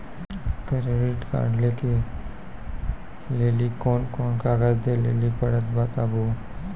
Credit card लै के लेली कोने कोने कागज दे लेली पड़त बताबू?